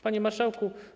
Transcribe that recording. Panie Marszałku!